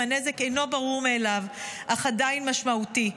הנזק אינו ברור מאליו אך עדיין משמעותי.